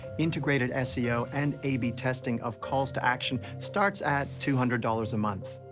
integrated seo and a b testing of calls to action starts at two hundred dollars a month.